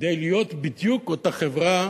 כדי להיות בדיוק אותה חברה